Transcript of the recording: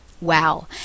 Wow